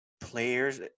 players